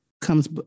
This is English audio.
comes